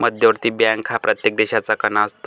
मध्यवर्ती बँक हा प्रत्येक देशाचा कणा असतो